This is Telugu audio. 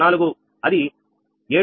4 అది 7